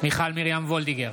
מיכל מרים וולדיגר,